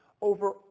over